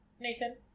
Nathan